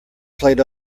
played